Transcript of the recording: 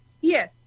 Yes